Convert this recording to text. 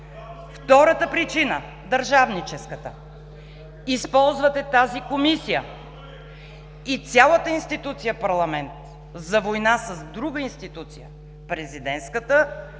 Втората причина – държавническата. Използвате тази Комисия и цялата институция Парламент за война с друга институция – Президентската,